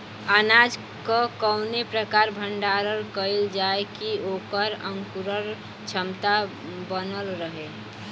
अनाज क कवने प्रकार भण्डारण कइल जाय कि वोकर अंकुरण क्षमता बनल रहे?